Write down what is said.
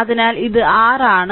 അതിനാൽ ഇത് r ആണ്